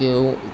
કે હું